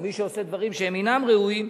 או מי שעושה דברים שהם אינם ראויים,